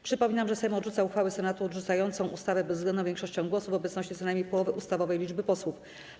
Przypominam, że Sejm odrzuca uchwałę Senatu odrzucającą ustawę bezwzględną większością głosów w obecności co najmniej połowy ustawowej liczby posłów.